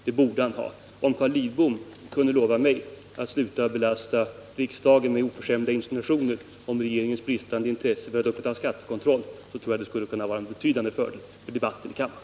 Om Carl Lidbom kunde lova mig att sluta belasta riksdagen med oförskämda insinuationer om regeringens bristande intresse för att upprätthålla skattekontrollen, så tror jag detta skulle vara till betydande fördel för debatten här i kammaren.